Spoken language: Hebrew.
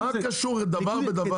מה קשור דבר בדבר?